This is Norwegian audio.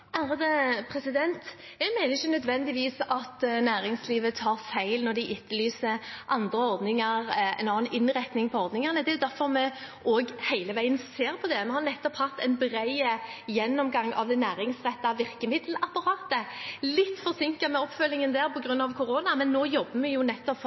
Jeg mener ikke nødvendigvis at næringslivet tar feil når de etterlyser andre ordninger eller en annen innretning av ordningene. Det er derfor vi hele veien ser på det. Vi har nettopp hatt en bred gjennomgang av det næringsrettede virkemiddelapparatet. Vi er litt forsinket med oppfølgingen der på grunn av koronaen, men nå jobber vi for